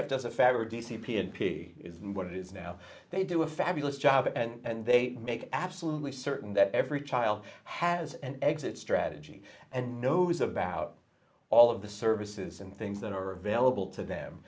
does a fabric d c p n p is what it is now they do a fabulous job and they make absolutely certain that every child has an exit strategy and knows about all of the services and things that are available to them